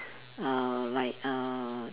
uh like uh